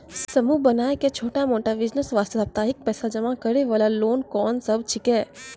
समूह बनाय के छोटा मोटा बिज़नेस वास्ते साप्ताहिक पैसा जमा करे वाला लोन कोंन सब छीके?